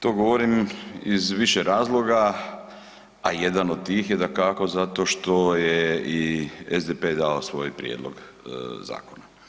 To govorim iz više razloga, a jedan od tih je dakako zato što je i SDP dao svoj prijedlog zakona.